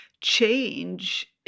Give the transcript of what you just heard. change